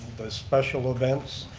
the special events.